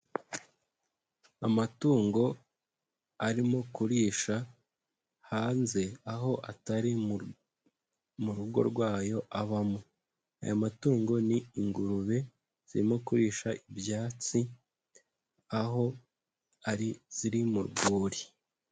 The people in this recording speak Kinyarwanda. Amatungo arimo kurisha hanze, aho atari mu rugo rwayo abamo. Ayo matungo ni ingurube zirimo kurisha ibyatsi aho ari ziri mu rwuri.